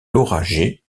lauragais